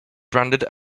branded